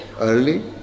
early